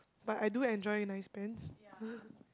but I do enjoy nice pens